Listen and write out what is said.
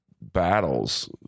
battles